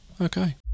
Okay